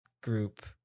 group